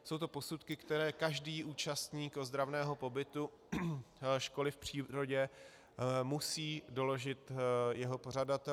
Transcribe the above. Jsou to posudky, které každý účastník ozdravného pobytu školy v přírodě musí doložit jeho pořadateli.